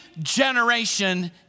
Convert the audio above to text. generation